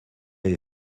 avez